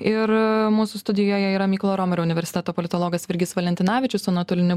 ir mūsų studijoje yra mykolo romerio universiteto politologas virgis valentinavičius o nuotoliniu